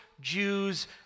Jews